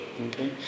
Okay